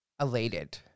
elated